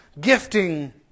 gifting